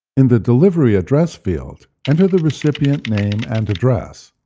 in the delivery address field, enter the recipient name and address.